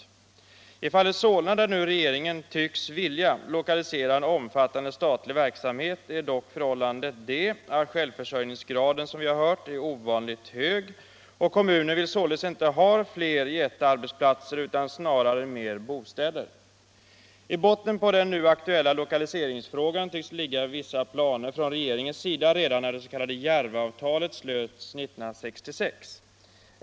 SJ och posttermi I fallet Solna, där nu regeringen tycks vilja lokalisera en omfattande = naler till Västerj statlig verksamhet, är dock förhållandet det att självförsörjningsgraden va är ovanligt hög, som vi har hört. Kommunen vill således inte ha fler jättearbetsplatser utan snarare mer bostäder. I botten på den nu aktuella lokaliseringsfrågan tycks ligga vissa planer från regeringens sida redan när det s.k. Järvaavtalet slöts 1966.